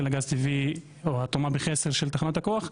הגז הטבעי או התרומה בחסר של תחנות הכוח,